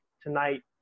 tonight